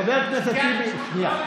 חבר הכנסת טיבי, שנייה.